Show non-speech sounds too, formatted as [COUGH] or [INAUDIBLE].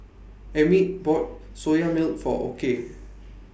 Emmitt bought Soya Milk For Okey [NOISE]